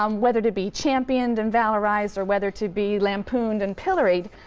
um whether to be championed and valorized or whether to be lampooned and pilloried.